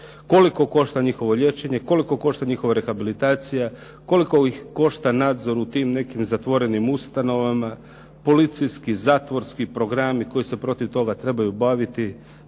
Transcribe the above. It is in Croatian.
Koliko košta njihovo liječenje, koliko košta njihova rehabilitacija, koliko ih košta nadzor u tim nekim zatvorenim ustanovama, policijski, zatvorski programi koji se protiv toga trebaju baviti